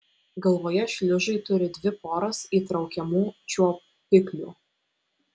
galvoje šliužai turi dvi poras įtraukiamų čiuopiklių